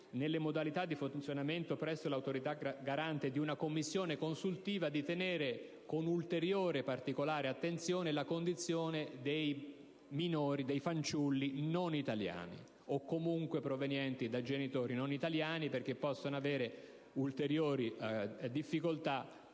nelle modalità di funzionamento presso l'Autorità garante, di una commissione consultiva, è quello di richiedere un'ulteriore particolare attenzione verso la condizione dei minori, dei fanciulli non italiani o comunque provenienti da genitori non italiani, perché possono avere ulteriori difficoltà